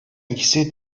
ikisi